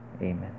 Amen